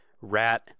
Rat